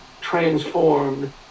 transformed